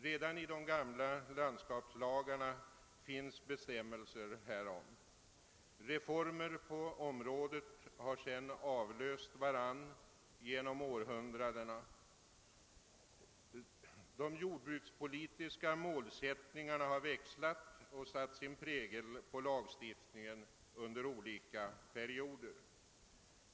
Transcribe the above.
Redan i de gamla landskapslagarna finns bestämmelser härom. Reformer på området har sedan avlöst varandra genom århundradena. De jordbrukspolitiska målsättningarna har växlat och satt sin prägel på lagstiftningen under olika perioder.